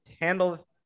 handle